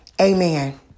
Amen